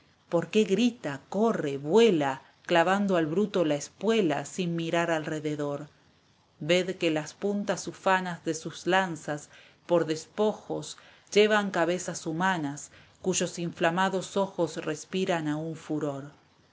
por qué grita corre vuela clavando al bruto la espuela esteban echeveeeia sin mirar al rededor ved que las puntas ufanas de sus lanzas por despojos llevan cabezas humanas cuyos inflamados ojos respiran aún furor